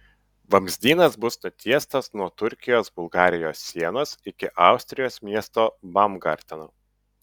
vamzdynas bus nutiestas nuo turkijos bulgarijos sienos iki austrijos miesto baumgarteno